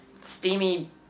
steamy